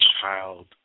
child